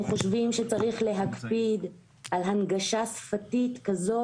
אנחנו חושבים שצריך להקפיד על הנגשה שפתית כזאת,